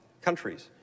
countries